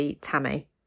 tammy